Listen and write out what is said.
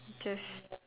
just